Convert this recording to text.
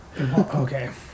Okay